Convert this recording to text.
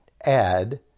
add